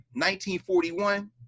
1941